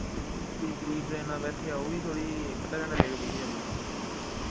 फ्ही दुई ट्रैना बैठेआ ओह् बी थोह्ड़ी अद्धा घैंटा लेट पुज्जी जम्मू